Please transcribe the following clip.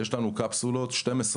יש לנו 12 קפסולות פרוסות,